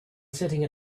sitting